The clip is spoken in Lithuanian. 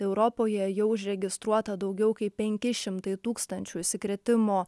europoje jau užregistruota daugiau kaip penki šimtai tūkstančių užsikrėtimo